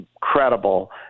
credible